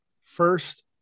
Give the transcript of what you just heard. First